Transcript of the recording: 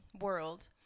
world